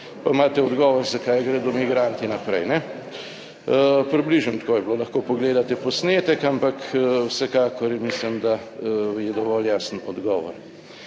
Pa imate odgovor, zakaj gredo migranti naprej, ne. Približno tako je bilo, lahko pogledate posnetek, ampak vsekakor mislim, da je dovolj jasen odgovor.